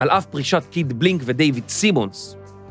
‫על אף פרישת קיד בלינק ודיוויד סימונס.